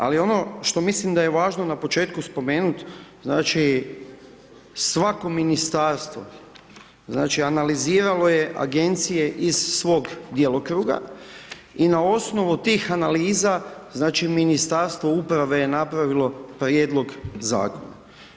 Ali ono što mislim da je važno na početku spomenuti, znači svako ministarstvo znači analiziralo je agencije iz svog djelokruga i na osnovu tih analiza znači Ministarstvo uprave je napravilo prijedlog zakona.